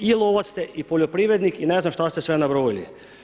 I lovac ste i poljoprivrednik i ne znam šta ste se sve nabrojali.